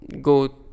go